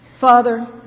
Father